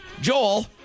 Joel